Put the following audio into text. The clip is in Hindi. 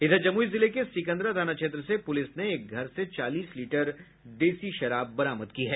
इधर जमुई जिले के सिकंदरा थाना क्षेत्र से पुलिस ने एक घर से चालीस लीटर देसी शराब बरामद की है